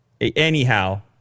Anyhow